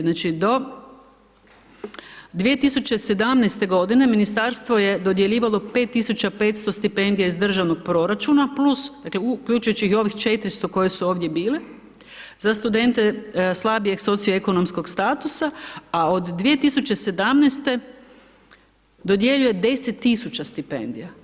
Znači do 2017. godine ministarstvo je dodjeljivalo 5.500 stipendija iz državnog proračuna plus, dakle uključujući i ovih 400 koje su ovdje bile, za studente slabijeg socioekonomskog statusa, a od 2017. dodjeljuje 10.000 stipendija.